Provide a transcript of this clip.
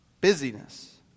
busyness